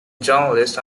journalist